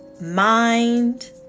mind